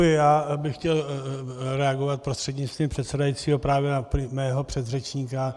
Já bych chtěl reagovat prostřednictvím předsedajícího právě na mého předřečníka.